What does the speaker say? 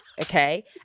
okay